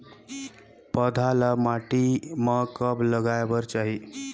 पौधा ल माटी म कब लगाए बर चाही?